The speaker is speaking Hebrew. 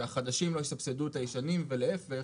שהחדשים לא יסבסדו את הישנים ולהיפך,